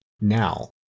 now